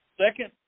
Second